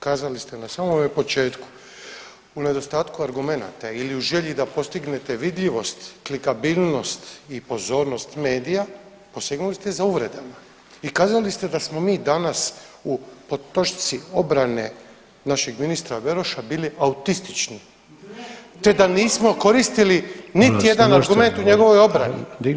Kazali ste na samome početku, u nedostatku argumenata ili u želi da postignete vidljivost, klikabilnost i pozornost medija posegnuli ste za uvredama i kazali ste da smo mi danas po točci obrane našeg ministra Beroša bili autistični, te da nismo koristili niti jedan argument u njegovoj obrani.